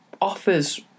Offers